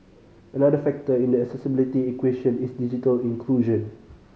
another factor in the accessibility equation is digital inclusion